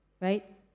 right